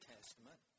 Testament